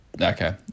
Okay